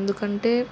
ఎందుకంటే